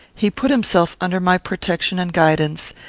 he put himself under my protection and guidance,